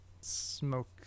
smoke